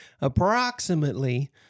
approximately